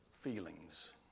feelings